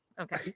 okay